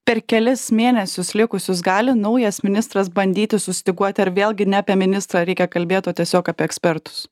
per kelis mėnesius likusius gali naujas ministras bandyti sustyguoti ar vėlgi ne apie ministrą reikia kalbėt o tiesiog apie ekspertus